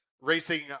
Racing